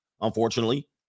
unfortunately